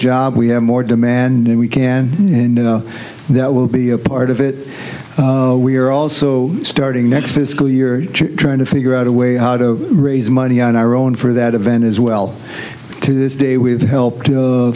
job we have more demand and we can and that will be a part of it we are also starting next fiscal year trying to figure out a way out to raise money on our own for that event as well to this day we have helped